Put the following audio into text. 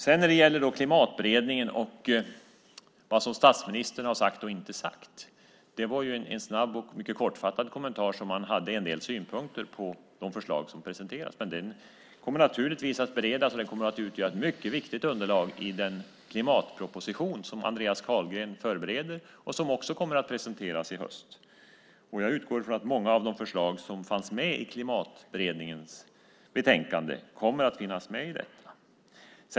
Sedan gäller det Klimatberedningen och vad statsministern har sagt och inte sagt. Det var en snabb och mycket kortfattad kommentar och en del synpunkter på de förslag som presenterats. Naturligtvis kommer det att ske en beredning. Klimatberedningen kommer att utgöra ett mycket viktigt underlag för den klimatproposition som Andreas Carlgren förbereder och som också kommer att presenteras i höst. Jag utgår från att många av förslagen i Klimatberedningens betänkande kommer att finnas med.